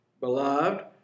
beloved